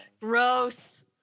gross